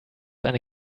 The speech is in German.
eine